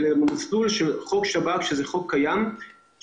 במסגרת זו אני חייב לומר, אדוני